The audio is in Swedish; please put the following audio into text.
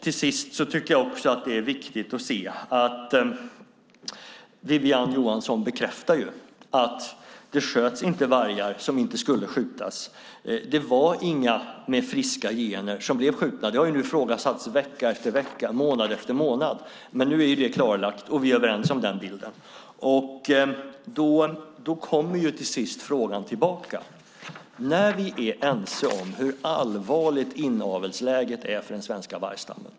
Till sist tycker jag att det är viktigt att säga, och Wiwi-Anne Johansson bekräftar det, att det inte sköts vargar som inte skulle skjutas. Det var inga med friska gener som blev skjutna. Det har ifrågasatts vecka efter vecka, månad efter månad. Nu är det klarlagt, och vi är överens om den bilden. Då kommer till sist frågan tillbaka. Vi är ense om hur allvarligt inavelsläget är för den svenska vargstammen.